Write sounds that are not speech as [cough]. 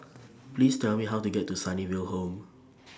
[noise] Please Tell Me How to get to Sunnyville Home [noise]